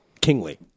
kingly